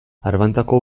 arbantako